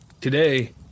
Today